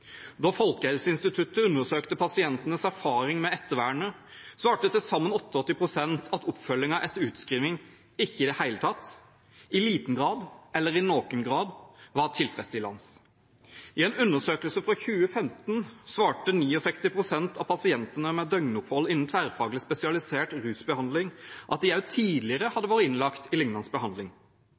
liten grad eller i noen grad var tilfredsstillende. I en undersøkelse fra 2015 svarte 69 pst. av pasientene med døgnopphold innen tverrfaglig spesialisert rusbehandling at de også tidligere hadde vært innlagt til lignende behandling.